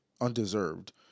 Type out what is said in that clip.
undeserved